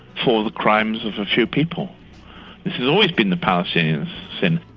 for the crimes of a few people. this has always been the palestinians sin.